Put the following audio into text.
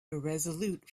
irresolute